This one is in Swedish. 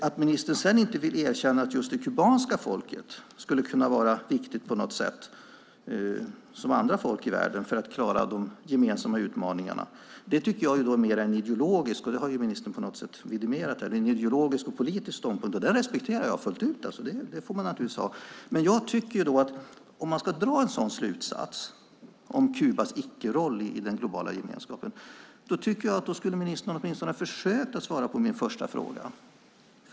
Att ministern sedan inte vill erkänna att just det kubanska folket skulle kunna vara viktigt på samma sätt som andra folk i världen för att klara de gemensamma utmaningarna tycker jag är mer en ideologisk och politisk ståndpunkt, och det har ju ministern vidimerat här. Den respekterar jag fullt ut. Den ståndpunkten får man naturligtvis ha, men jag tycker att om man ska dra en sådan slutsats om Kubas icke-roll i den globala gemenskapen skulle ministern åtminstone ha försökt svara på min första fråga.